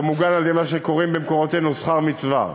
אתה מוגן על-ידי מה שקוראים במקורותינו "שכר מצווה".